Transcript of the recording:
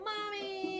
Mommy